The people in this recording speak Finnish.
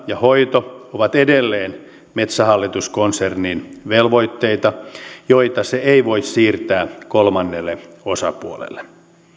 ja hoito ovat edelleen metsähallitus konsernin velvoitteita joita se ei voi siirtää kolmannelle osapuolelle